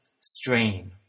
strain